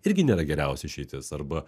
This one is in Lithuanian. irgi nėra geriausia išeitis arba